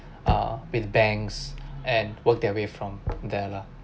err with banks and work their way from there lah